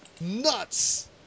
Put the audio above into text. Nuts